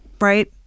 right